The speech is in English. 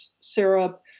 syrup